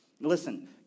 Listen